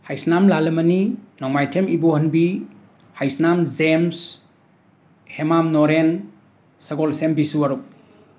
Heisnam Lalmani Nongmaithem Ibohanbi Heisnam James Hemam Noren Sagolsem Biswarup